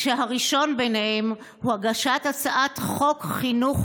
והראשון ביניהם הוא הגשת הצעת חוק חינוך